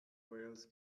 wales